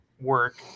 work